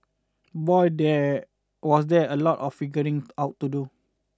boy there was there a lot of figuring out to do